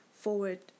forward